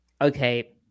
okay